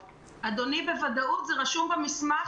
ואילו ילדים שמוגדרים במוגבלויות ברמות